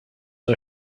are